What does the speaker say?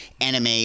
anime